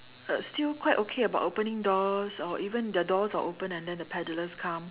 still quite okay about opening doors or even their doors are open and the peddlers come